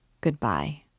Goodbye